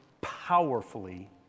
powerfully